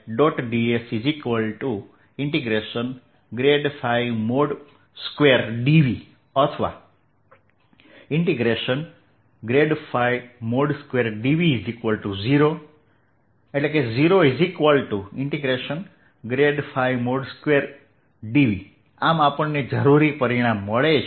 dS2dV અથવા 2dV00 2dV આમ આપણને જરૂરી પરિણામ મળે છે